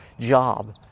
job